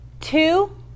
Two